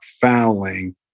fouling